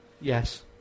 Yes